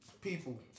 people